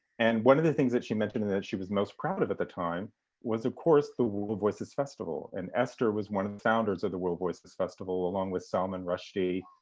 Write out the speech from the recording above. and one of the things that she mentioned and that she was most proud of at the time was of course the world voices festival. and esther was one of the founders of the world voices festival along with solomon rushdie,